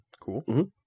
Cool